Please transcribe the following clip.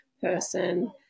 person